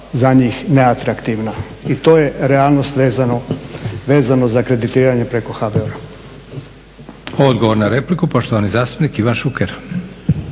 za njih neatraktivna. I to je realnost vezano za kreditiranje preko HBOR-a.